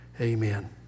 Amen